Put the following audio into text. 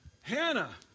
Hannah